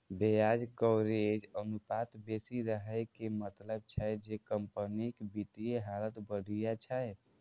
ब्याज कवरेज अनुपात बेसी रहै के मतलब छै जे कंपनीक वित्तीय हालत बढ़िया छै